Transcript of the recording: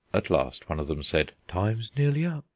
at last one of them said time's nearly up.